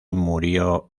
murió